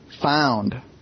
found